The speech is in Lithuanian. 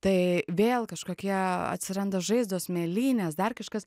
tai vėl kažkokie atsiranda žaizdos mėlynės dar kažkas